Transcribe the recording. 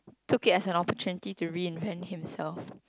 took it as an opportunity to reinvent himself